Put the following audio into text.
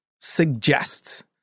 Suggests